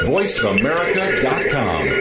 VoiceAmerica.com